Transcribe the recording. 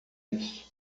isso